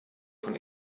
von